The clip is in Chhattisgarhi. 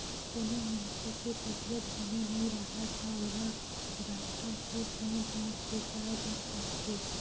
कोनो मनखे के तबीयत बने नइ राहय त ओला डॉक्टर तीर दउड़ दउड़ के जाय बर पड़थे